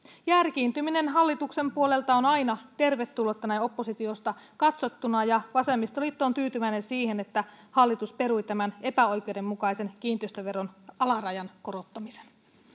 järkiintyminen hallituksen puolelta on aina tervetullutta näin oppositiosta katsottuna vasemmistoliitto on tyytyväinen siihen että hallitus perui tämän epäoikeudenmukaisen kiinteistöveron alarajan korottamisen